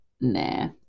Nah